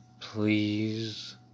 please